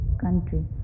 country